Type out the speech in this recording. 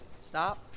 Stop